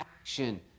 action